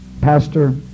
Pastor